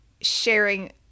sharing